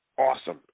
awesome